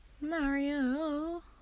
Mario